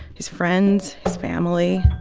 his friends, his family,